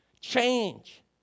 Change